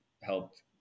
helped